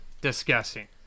Disgusting